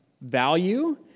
value